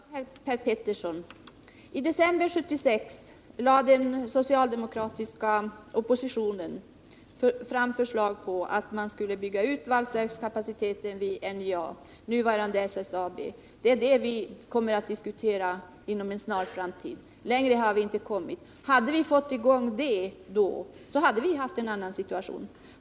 Herr talman! Men Per Petersson, i december 1976 lade den socialdemokratiska oppositionen fram förslag om att man skulle bygga ut valsverkskapaciteten vid NJA, nuvarande SSAB. Den frågan kommer vi att diskutera inom en snar framtid — längre har vi inte kommit. Hade vi fått i gång den utbyggnaden, hade vi i dag haft en annan situation i Norrbotten.